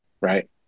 right